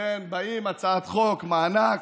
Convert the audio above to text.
כן, באים עם הצעת חוק, מענק,